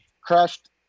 crushed